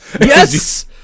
yes